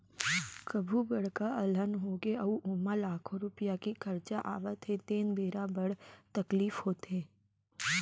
कभू बड़का अलहन होगे अउ ओमा लाखों रूपिया के खरचा आवत हे तेन बेरा बड़ तकलीफ होथे